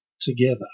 together